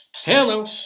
Hello